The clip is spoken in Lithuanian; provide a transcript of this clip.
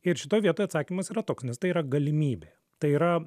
ir šitoj vietoj atsakymas yra toks nes tai yra galimybė tai yra